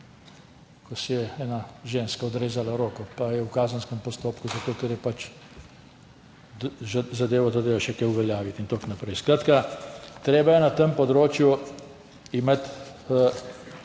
ko si je ena ženska odrezala roko, pa je v kazenskem postopku, zato ker je z zadevo želela še kaj uveljaviti in tako naprej. Skratka, treba je na tem področju imeti